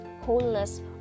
wholeness